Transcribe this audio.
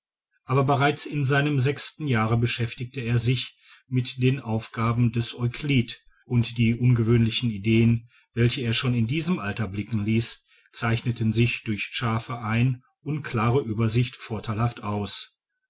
aber bereits in seinem sechsten jahre beschäftigte er sich mit den aufgaben des euklid und die ungewöhnlichen ideen welche er schon in diesem alter blicken ließ zeichneten sich durch scharfe ein und klare uebersicht vortheilhaft aus